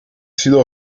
sido